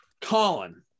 Colin